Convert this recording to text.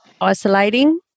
isolating